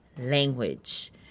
language